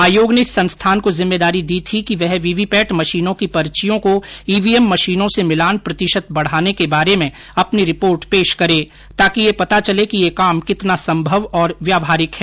आयोग ने इस संस्थान को जिम्मेदारी दी थी कि वह वीवीपैट मशीनों की पर्चियों को ईवीएम मशीनों से मिलान प्रतिशत बढ़ाने के बारे में अपनी रिपोर्ट पेश करे ताकि यह पता चले कि यह काम कितना संभव और व्यावहारिक है